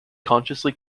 consciously